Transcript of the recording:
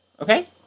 Okay